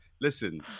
Listen